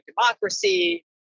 democracy